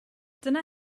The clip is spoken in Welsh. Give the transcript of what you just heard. dyna